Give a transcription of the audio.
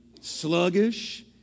sluggish